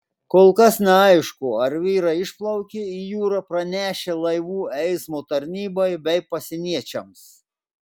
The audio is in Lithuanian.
kol kas neaišku ar vyrai išplaukė į jūrą pranešę laivų eismo tarnybai bei pasieniečiams